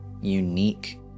unique